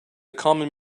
common